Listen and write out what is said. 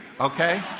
okay